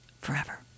forever